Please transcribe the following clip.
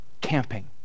camping